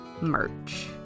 merch